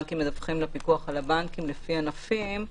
שהבנקים מדווחים לפיקוח על הבנקים לפי ענפים,